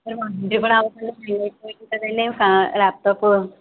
మరి one year కూడా అవ్వలేదు హ్యాంగ్ అయిపోయింది కదండి కా ల్యాప్టాపు